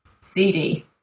CD